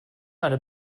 eine